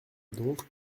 donc